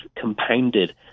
compounded